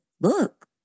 look